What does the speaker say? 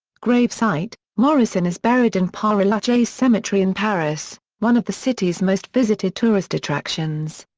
grave site morrison is buried in pere ah lachaise cemetery in paris, one of the city's most visited tourist attractions.